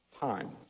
time